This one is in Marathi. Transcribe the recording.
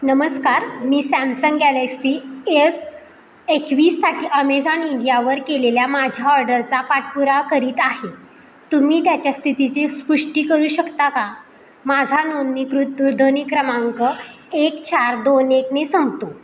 नमस्कार मी सॅमसंग गॅलेक्सी एस एकवीससाठी अमेझॉन इंडियावर केलेल्या माझ्या ऑर्डरचा पाठपुरा करीत आहे तुम्ही त्याच्या स्थितीची पुष्टी करू शकता का माझा नोंदणीकृत दूरध्वनी क्रमांक एक चार दोन एकने संपतो